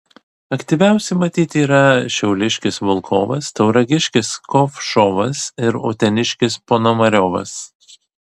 aktyviausi matyt yra šiauliškis volkovas tauragiškis kovšovas ir uteniškis ponomariovas